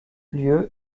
lieu